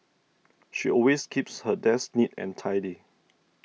she always keeps her desk neat and tidy